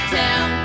town